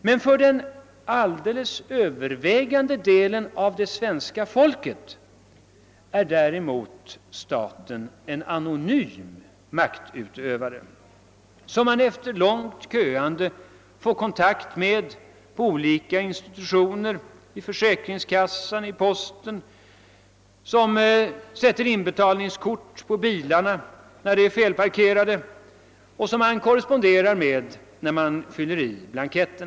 Men för den alldeles övervägande delen av det svenska folket är staten en anonym maktutövare, som man efter långt köande får kontakt med på olika institutioner — i försäkringskassan eller på postkontoret — en maktutövare som sätter inbetalningskort på bilarna när de är felparkerade och som man korresponderar med genom att fylla i blanketter.